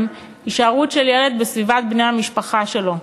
הישארות של ילד בסביבת בני המשפחה שלו,